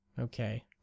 okay